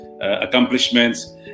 accomplishments